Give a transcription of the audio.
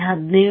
ಹೌದು